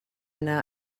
yna